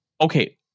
okay